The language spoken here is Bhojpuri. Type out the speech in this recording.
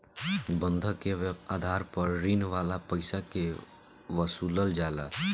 बंधक के आधार पर ऋण वाला पईसा के वसूलल जाला